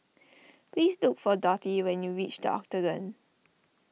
please look for Dottie when you reach the Octagon